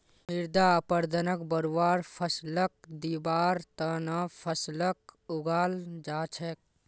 मृदा अपरदनक बढ़वार फ़सलक दिबार त न फसलक उगाल जा छेक